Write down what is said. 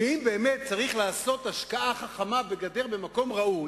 ואם באמת צריך לעשות השקעה חכמה בגדר במקום ראוי,